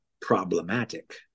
problematic